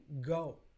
Go